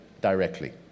directly